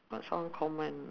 what's uncommon